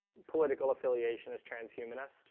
political affiliation as transhumanist